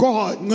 God